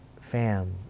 fam